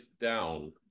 down